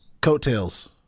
Coattails